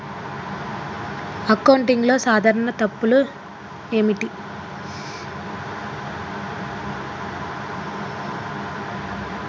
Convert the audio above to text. అకౌంటింగ్లో సాధారణ తప్పులు ఏమిటి?